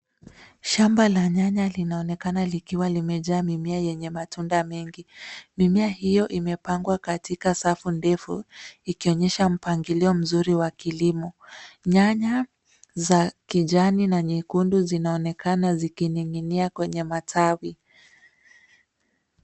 Shamba la nyanya linaonekana likiwa limejaa mimea yenye matundaa mengi. Mimea hiyo imepangwa katika safu ndefu ikionyesha mpangilio mzuri wa kilimo. Nyanya za kijani na nyekundu zinaonekana zikining'inia kwenye matawi.